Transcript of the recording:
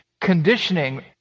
Conditioning